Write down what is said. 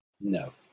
No